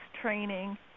training